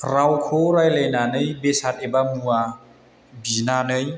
रावखौ रायलायनानै बेसाद एबा मुवा बिनानै